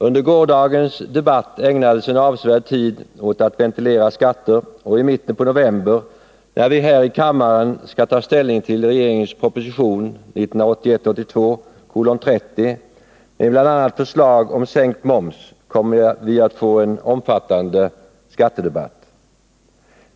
Under gårdagens debatt ägnades en avsevärd tid till att ventilera skatter, och i mitten av november när vi här i kammaren skall ta ställning till regeringens proposition 1981/82:30 med bl.a. förslag om sänkt moms kommer vi att få en omfattande skattedebatt.